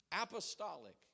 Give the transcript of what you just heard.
apostolic